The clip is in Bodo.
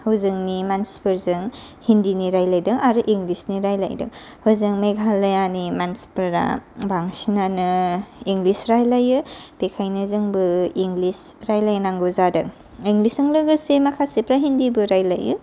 हजोंनि मानसिफोरजों हिन्दिनि रायलायदों आरो इंलिसनि रायलायदों हजों मेघालयानि मानसिफोरा बांसिनानो इंलिस रायलायो बेखायनो जोंबो इंलिस रायलायनांगौ जादों इंलिसजों लोगोसे माखासेफ्रा हिन्दिबो रायलायो